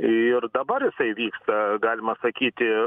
ir dabar jisai vyksta galima sakyti